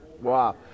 Wow